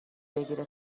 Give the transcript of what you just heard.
بگیره